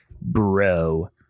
bro